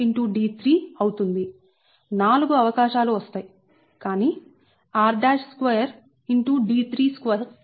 ఇది rd3 అవుతుంది 4 అవకాశాలు వస్తాయి కానీ r2 d32 అవుతుంది